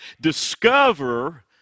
discover